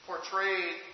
Portrayed